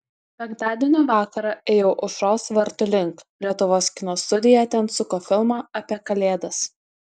penktadienio vakarą ėjau aušros vartų link lietuvos kino studija ten suko filmą apie kalėdas